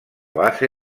base